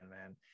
man